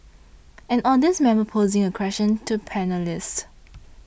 an audience member posing a question to panellists